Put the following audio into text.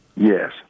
Yes